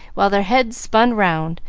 while their heads spun round,